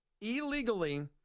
illegally